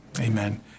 Amen